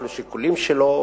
יש לו השיקולים שלו,